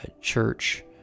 church